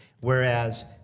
whereas